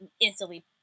instantly